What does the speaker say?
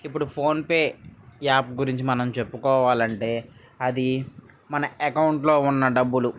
ఇప్పుడు PhonePe app గురించి మనం చెప్పుకోవాలంటే అది మన అకౌంట్ లో ఉన్న డబ్బులు